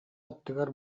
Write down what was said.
аттыгар